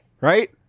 right